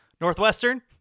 Northwestern